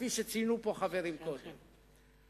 כפי שציינו חברים קודם.